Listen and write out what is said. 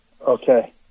okay